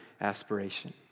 aspiration